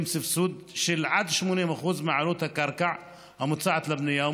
סבסוד של עד 80% מעלות הקרקע המוצעת לבנייה,